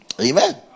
Amen